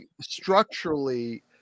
structurally